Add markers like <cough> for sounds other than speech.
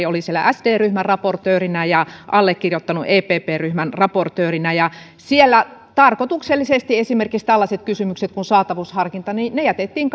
<unintelligible> oli siellä sd ryhmän raportöörinä ja allekirjoittanut epp raportöörinä ja siellä tarkoituksellisesti esimerkiksi tällaiset kysymykset kuin saatavuusharkinta jätettiin <unintelligible>